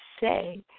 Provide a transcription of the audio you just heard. say